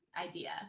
idea